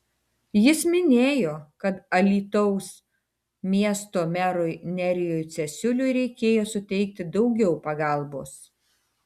jis minėjo kad alytaus miesto merui nerijui cesiuliui reikėjo suteikti daugiau pagalbos